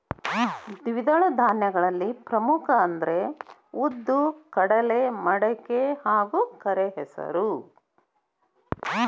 ದ್ವಿದಳ ಧಾನ್ಯಗಳಲ್ಲಿ ಪ್ರಮುಖ ಅಂದ್ರ ಉದ್ದು, ಕಡಲೆ, ಮಡಿಕೆ, ಕರೆಹೆಸರು